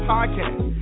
Podcast